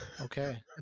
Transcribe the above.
Okay